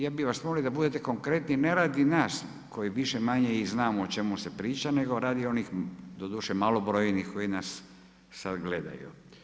Ja bih vas molio da budete konkretni, ne radi nas koji više-manje i znamo o čemu se priča, nego radi onih, doduše malobrojnih koji nas sada gledaju.